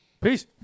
peace